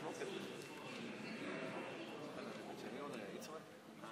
אני פה.